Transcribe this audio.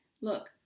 look